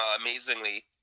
amazingly